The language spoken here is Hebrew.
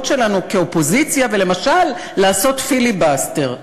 שלנו כאופוזיציה ולמשל לעשות פיליבסטר,